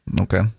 okay